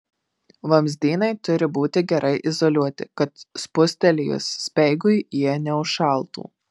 vamzdynai turi būti gerai izoliuoti kad spustelėjus speigui jie neužšaltų